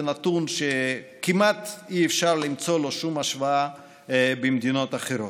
זה נתון שכמעט אי-אפשר למצוא לו שום השוואה במדינות אחרות.